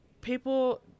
people